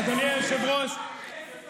קניתם אותה, קניתם שרה.